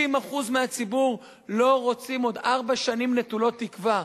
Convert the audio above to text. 60% מהציבור לא רוצים עוד ארבע שנים נטולות תקווה.